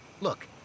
Look